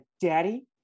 daddy